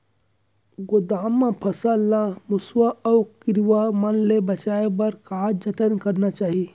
गोदाम मा फसल ला मुसवा अऊ कीरवा मन ले बचाये बर का जतन करना चाही?